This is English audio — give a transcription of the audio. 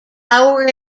our